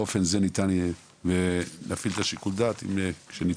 באופן זה ניתן יהיה להפעיל את שיקול הדעת כשנצטרך,